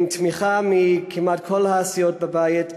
עם תמיכה כמעט מכל הסיעות בבית,